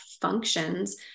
functions